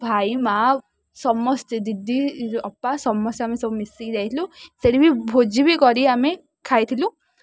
ଭାଇ ମା ସମସ୍ତେ ଦିଦି ଅପା ସମସ୍ତେ ଆମେ ସବୁ ମିଶିକି ଯାଇଥିଲୁ ସେଇଠି ବି ଭୋଜି ବି କରି ଆମେ ଖାଇଥିଲୁ